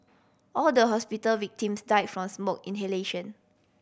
all the hospital victims died from smoke inhalation